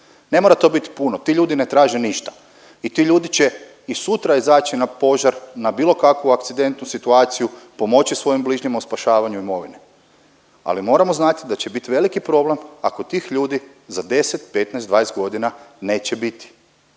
Ne mora to bit puno, ti ljudi ne traže ništa i ti ljudi će i sutra izaći na požar, na bilo kakvu akcidentnu situaciju pomoći svojem bližnjemu u spašavanju imovine, ali moramo znati da će biti veliki problem ako tih ljudi za 10, 15, 20 godina neće biti.